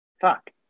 Fuck